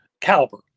caliber